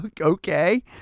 okay